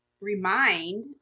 remind